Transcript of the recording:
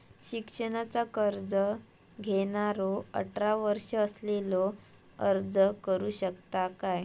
शिक्षणाचा कर्ज घेणारो अठरा वर्ष असलेलो अर्ज करू शकता काय?